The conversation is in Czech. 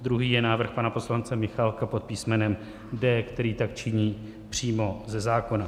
Druhý je návrh pana poslance Michálka pod písmenem D, který tak činí přímo ze zákona.